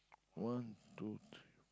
one two three